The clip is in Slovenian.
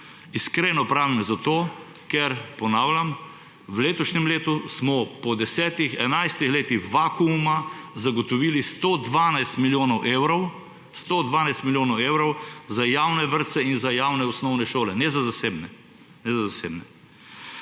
Iskreno pravim zato, ker, ponavljam, smo v letošnjem letu po 10, 11 letih vakuuma zagotovili 112 milijonov evrov, 112 milijonov evrov za javne vrtce in za javne osnovne šole, ne za zasebne. Ne za zasebne.